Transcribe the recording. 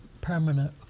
permanent